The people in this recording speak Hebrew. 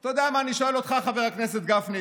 אתה יודע מה, אני שואל אותך, חבר הכנסת גפני: